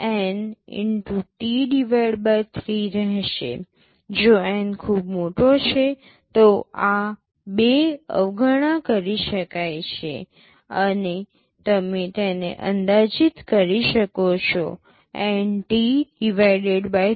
N T 3 રહેશે જો N ખૂબ મોટો છે તો આ 2 અવગણના કરી શકાય છે અને તમે તેને અંદાજિત કરી શકો છો NT 3